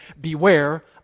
beware